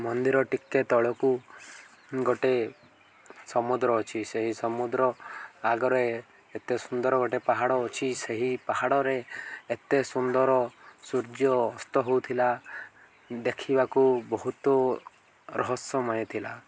ମନ୍ଦିର ଟିକେ ତଳକୁ ଗୋଟେ ସମୁଦ୍ର ଅଛି ସେହି ସମୁଦ୍ର ଆଗରେ ଏତେ ସୁନ୍ଦର ଗୋଟେ ପାହାଡ଼ ଅଛି ସେହି ପାହାଡ଼ରେ ଏତେ ସୁନ୍ଦର ସୂର୍ଯ୍ୟ ଅସ୍ତ ହଉଥିଲା ଦେଖିବାକୁ ବହୁତ ରହସ୍ୟମୟ ଥିଲା